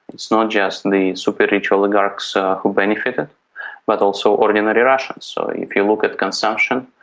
it's not just the super-rich oligarchs who benefited but also ordinary russians. so if you look at consumption,